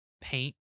paint